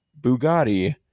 Bugatti